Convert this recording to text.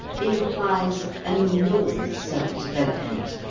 implies an enormous self-development.